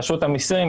רשות המיסים,